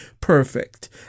perfect